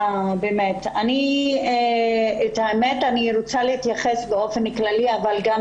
אני רוצה להתייחס באופן כללי אבל גם